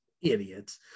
Idiots